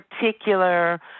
particular